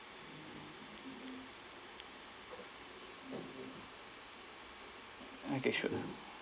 okay sure